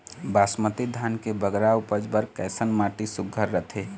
बासमती धान के बगरा उपज बर कैसन माटी सुघ्घर रथे?